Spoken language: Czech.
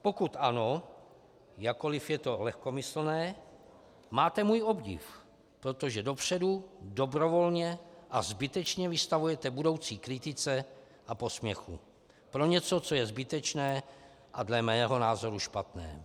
Pokud ano, jakkoliv je to lehkomyslné, máte můj obdiv, protože dopředu, dobrovolně a zbytečně vystavujete budoucí kritice a posměchu pro něco, co je zbytečné a dle mého názoru špatné.